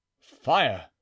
fire